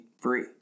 free